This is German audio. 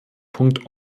punkt